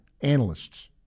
analysts